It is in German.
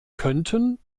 könnten